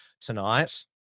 tonight